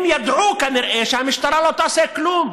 הם כנראה ידעו שהמשטרה לא תעשה כלום.